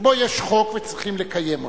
שבו יש חוק, וצריכים לקיים אותו.